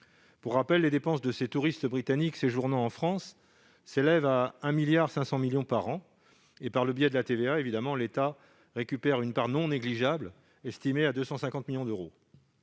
Pour rappel, les dépenses de ces touristes britanniques séjournant en France s'élèvent à 1,5 milliard d'euros par an. Par le biais de la TVA, l'État en récupère une part non négligeable, estimée à 250 millions d'euros.